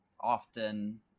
often